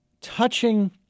touching